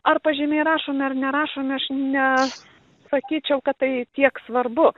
ar pažymiai rašomi ar nerašomi aš ne sakyčiau kad tai tiek svarbu